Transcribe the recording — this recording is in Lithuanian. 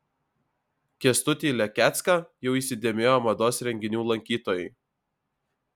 kęstutį lekecką jau įsidėmėjo mados renginių lankytojai